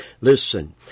Listen